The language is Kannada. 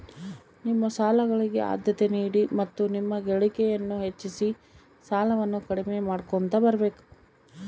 ನಿಮ್ಮ ಸಾಲಗಳಿಗೆ ಆದ್ಯತೆ ನೀಡಿ ಮತ್ತು ನಿಮ್ಮ ಗಳಿಕೆಯನ್ನು ಹೆಚ್ಚಿಸಿ ಸಾಲವನ್ನ ಕಡಿಮೆ ಮಾಡ್ಕೊಂತ ಬರಬೇಕು